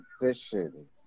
position